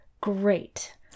great